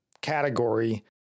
category